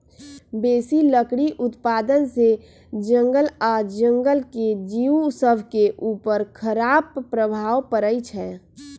बेशी लकड़ी उत्पादन से जङगल आऽ जङ्गल के जिउ सभके उपर खड़ाप प्रभाव पड़इ छै